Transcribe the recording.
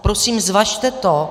Prosím, zvažte to.